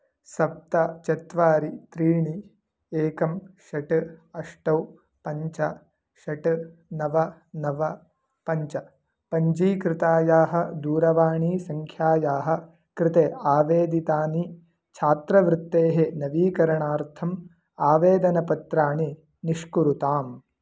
सप्त चत्वारि त्रीणि एकं षट् अष्ट पञ्च षट् नव नव पञ्च पञ्जीकृतायाः दूरवाणीसङ्ख्यायाः कृते आवेदितानि छात्रवृत्तेः नवीकरणार्थम् आवेदनपत्राणि निष्कुरुताम्